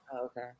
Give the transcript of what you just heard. Okay